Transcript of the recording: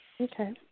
Okay